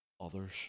others